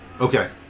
Okay